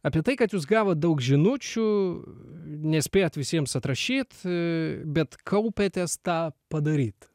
apie tai kad jūs gavot daug žinučių nespėt visiems atrašyt bet kaupiatės tą padaryt